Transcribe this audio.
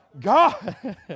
God